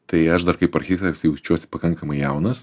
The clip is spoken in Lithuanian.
tai aš dar kaip architektas jaučiuosi pakankamai jaunas